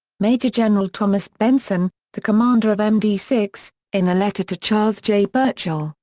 major general thomas benson, the commander of m d six, in a letter to charles j. burchell,